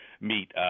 meet